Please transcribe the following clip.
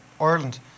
Ireland